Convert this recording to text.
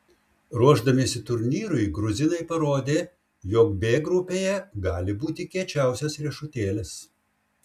ruošdamiesi turnyrui gruzinai parodė jog b grupėje gali būti kiečiausias riešutėlis